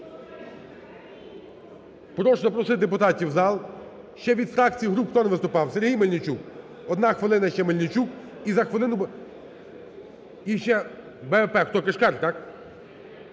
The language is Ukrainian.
Прошу запросити депутатів в зал. Ще від фракцій і груп хто не виступав? Сергій Мельничук? Одна хвилина ще Мельничук і за хвилину… І ще БПП хто? Кишкар, так?